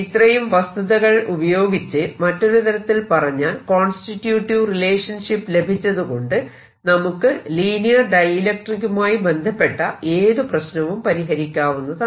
ഇത്രയും വസ്തുതകൾ ഉപയോഗിച്ച് മറ്റൊരു തരത്തിൽ പറഞ്ഞാൽ കോൺസ്റ്റിട്യൂട്ടിവ് റിലേഷൻഷിപ്പ് ലഭിച്ചതുകൊണ്ട് നമുക്ക് ലീനിയർ ഡൈഇലക്ട്രിക്കുമായി ബന്ധപ്പെട്ട ഏതു പ്രശ്നവും പരിഹരിക്കാവുന്നതാണ്